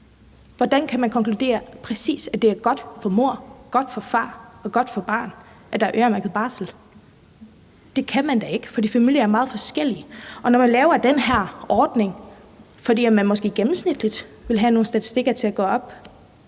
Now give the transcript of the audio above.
Hvordan kan man konkludere, at det præcis er godt for mor, godt for far, godt for barn, at der er øremærket barsel? Det kan man da ikke, for familier er meget forskellige, og når man laver den her ordning, fordi man måske gennemsnitligt vil have nogle statistikker til at gå op,